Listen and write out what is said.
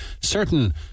certain